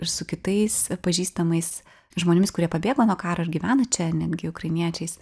ir su kitais pažįstamais žmonėmis kurie pabėgo nuo karo ir gyvena čia netgi ukrainiečiais